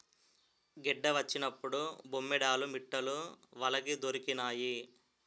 గెడ్డ వచ్చినప్పుడు బొమ్మేడాలు మిట్టలు వలకి దొరికినాయి